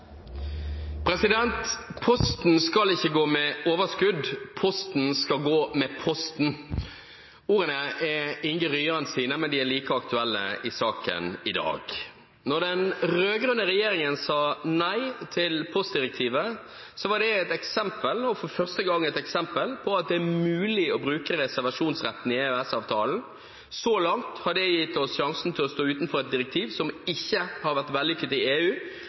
men de er like aktuelle i saken i dag. Da den rød-grønne regjeringen sa nei til postdirektivet, var det det første eksempelet på at det er mulig å bruke reservasjonsretten i EØS-avtalen. Så langt har det gitt oss sjansen til å stå utenfor et direktiv som ikke har vært vellykket i EU,